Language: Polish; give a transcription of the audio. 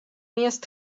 jest